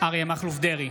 אריה מכלוף דרעי,